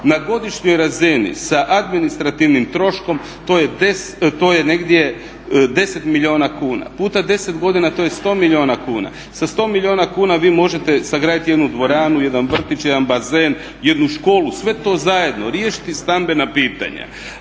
na godišnjoj razini sa administrativnim troškom to je negdje 10 milijuna kuna puta 10 godina to je 100 milijuna kuna. Sa 100 milijuna kuna vi možete sagraditi jednu dvoranu, jedan vrtić, jedan bazen, jednu školu, sve to zajedno, riješiti stambena pitanja.